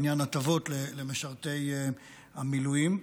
בעניין הטבות למשרתי המילואים.